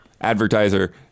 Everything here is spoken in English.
advertiser